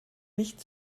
nicht